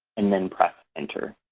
and then press enter.